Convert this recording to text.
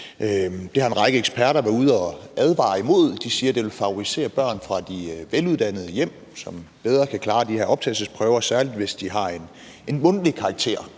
Det har en række eksperter været ude at advare imod; de siger, at det vil favorisere børn fra de veluddannede hjem, som bedre kan klare de her optagelsesprøver, særlig hvis det gælder en mundtlig karakter.